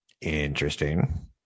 Interesting